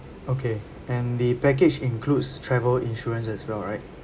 okay and the package includes travel insurance as well right